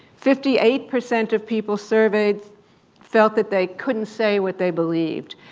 fifty eight percent of people surveyed felt that they couldn't say what they believed.